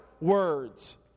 words